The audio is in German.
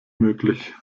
möglich